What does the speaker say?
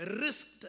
risked